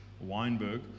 Weinberg